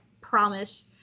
promise